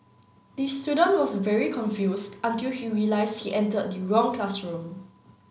the student was very confused until he realised he entered the wrong classroom